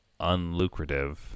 unlucrative